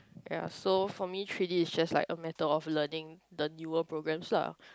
ya so for me three-D is just like a matter of learning the newer programs lah